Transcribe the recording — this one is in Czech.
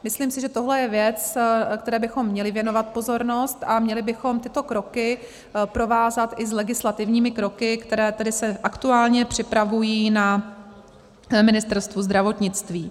Myslím si, že tohle je věc, které bychom měli věnovat pozornost, a měli bychom tyto kroky provázat i s legislativními kroky, které se aktuálně připravují na Ministerstvu zdravotnictví.